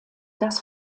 dass